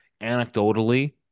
Anecdotally